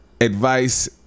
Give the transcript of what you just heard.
Advice